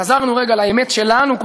חזרנו רגע לאמת שלנו,